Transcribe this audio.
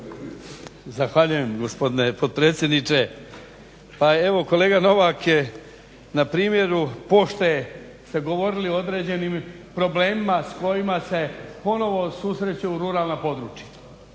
Zahvaljujem gospodine potpredsjedniče. Pa evo kolega Novak je na primjeru pošte ste govorili o određenim problemima s kojima se ponovo susreću ruralna područja.